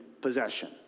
possession